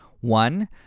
One